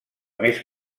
més